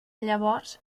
llavors